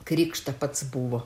krikštą pats buvo